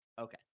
Okay